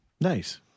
Nice